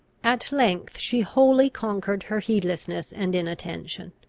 at length she wholly conquered her heedlessness and inattention.